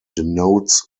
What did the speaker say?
denotes